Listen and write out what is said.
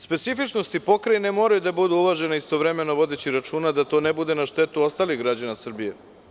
Specifičnosti pokrajine moraju da budu uvažene, istovremeno vodeći računa da to ne bude na štetu ostalih građana Srbije.